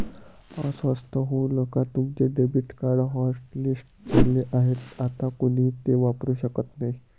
अस्वस्थ होऊ नका तुमचे डेबिट कार्ड हॉटलिस्ट झाले आहे आता कोणीही ते वापरू शकत नाही